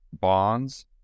bonds